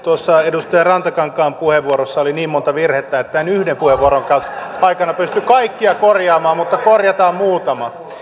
tuossa edustaja rantakankaan puheenvuorossa oli niin monta virhettä että en yhden puheenvuoron aikana pysty kaikkia korjaamaan mutta korjataan muutama